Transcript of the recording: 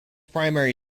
primary